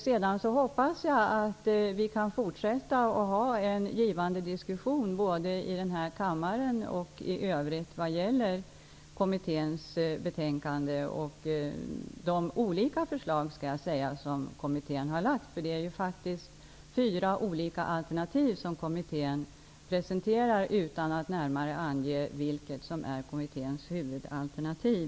Sedan hoppas jag vi kan fortsätta att ha en givande diskussion, både i denna kammare och i övrigt, om kommitténs betänkande och de olika förslag kommittén framlagt. Kommittén presenterar faktiskt fyra olika alternativ utan att närmare ange vilket som är kommitténs huvudalternativ.